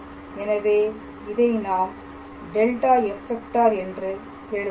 எனவே இதை நாம் ∇⃗⃗ f̂ என்று இப்படி எழுதலாம்